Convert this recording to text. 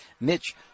Mitch